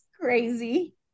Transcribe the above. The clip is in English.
crazy